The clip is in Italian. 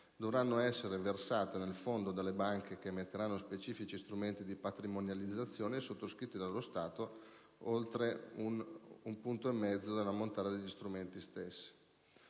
dovranno essere versate nel Fondo dalle banche che emetteranno specifici strumenti di patrimonializzazione, sottoscritti dallo Stato (oltre 1,5 per cento dell'ammontare degli strumenti emessi).